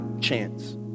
chance